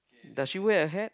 does she wear a hat